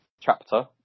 chapter